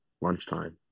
lunchtime